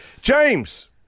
James